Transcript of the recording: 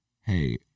hey